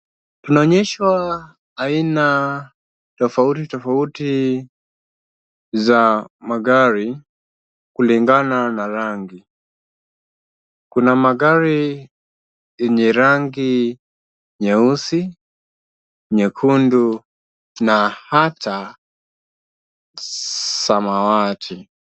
Tunaonyeshwa aina tofauti tofauti za magari kulingana na rangi. Kuna magari yenye rangi nyeusi, nyekundu na hata samawati.